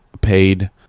paid